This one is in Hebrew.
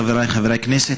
חבריי חברי הכנסת,